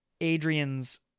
Adrian's